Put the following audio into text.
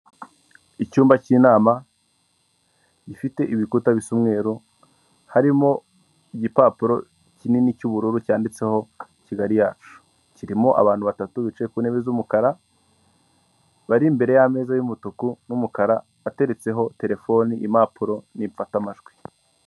Icyumba k'ininama gifite ibikuta bisa umweru, harimo igipapuro kinini cy'ubururu, cyanditseho Kigali yacu, kirimo abantu batatu bicaye ku ntebe z'umukara, bari imbere y'ameza y'umutuku n'umukara ateretseho terefone, impapuro n'imfatamajwi.